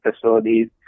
facilities